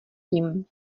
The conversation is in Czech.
tím